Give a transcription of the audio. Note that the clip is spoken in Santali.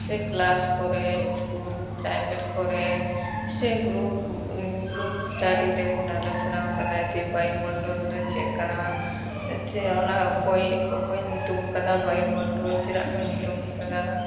ᱥᱮ ᱠᱞᱟᱥ ᱠᱚᱨᱮ ᱥᱠᱩᱞ ᱯᱮᱨᱟᱭᱵᱷᱮᱴ ᱠᱚᱨᱮ ᱥᱮ ᱜᱩᱨᱩᱵ ᱜᱩᱨᱩᱵ ᱮᱥᱴᱟᱰᱤ ᱨᱮᱵᱚᱱ ᱟᱞᱳᱪᱚᱱᱟ ᱟᱠᱟᱫᱟ ᱡᱮ ᱵᱟᱭᱩᱢᱚᱱᱰᱚᱞ ᱫᱚ ᱪᱮᱫ ᱠᱟᱱᱟ ᱡᱮ ᱚᱱᱟ ᱚᱠᱚᱭ ᱚᱠᱚᱭ ᱧᱩᱛᱩᱢ ᱟᱠᱟᱫᱟ ᱵᱟᱭᱩᱢᱚᱱᱰᱚᱞ ᱪᱮᱫᱟᱜ ᱠᱚ ᱧᱩᱛᱩᱢ ᱟᱠᱟᱫᱟ